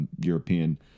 European